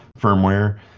firmware